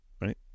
right